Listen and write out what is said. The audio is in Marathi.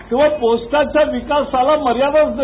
तेव्हा पोस्टाच्या विकासाला मर्यादाच नाही